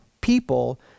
people